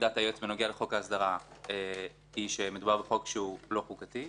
עמדת היועץ בנוגע לחוק ההסדרה היא שמדובר בחוק שאינו חוקתי,